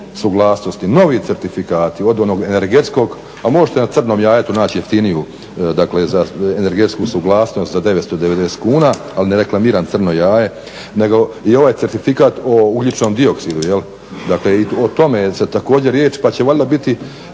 suglasnosti, novi certifikati od onog energetskog, a možete na Crnom jajetu naći jeftiniju dakle energetsku suglasnost za 990 kuna. Ali ne reklamiram Crno jaje, nego ovaj certifikat o ugljičnom dioksidu. Dakle, i o tome je također riječ, pa će valjda biti